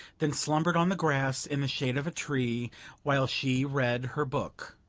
then slumbered on the grass in the shade of a tree while she read her book